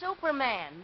Superman